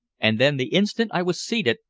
and then the instant i was seated,